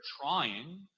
trying